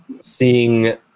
seeing